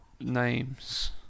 names